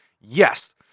Yes